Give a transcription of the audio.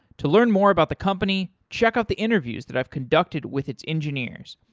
to learn more about the company, check out the interviews that i've conducted with its engineers.